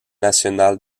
national